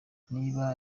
niba